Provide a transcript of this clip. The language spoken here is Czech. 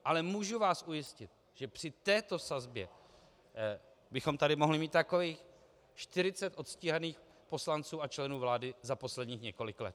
Ale můžu vás ujistit, že při této sazbě bychom tady mohli mít takových 40 odstíhaných poslanců a členů vlády za posledních několik let.